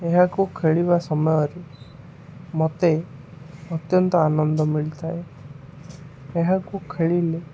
ଏହାକୁ ଖେଳିବା ସମୟରେ ମତେ ଅତ୍ୟନ୍ତ ଆନନ୍ଦ ମିଳିଥାଏ ଏହାକୁ ଖେଳିଲେ